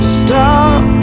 stop